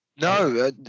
No